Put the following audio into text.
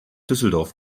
düsseldorf